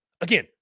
Again